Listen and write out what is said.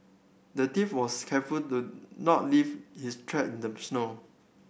the thief was careful to not leave his track in the snow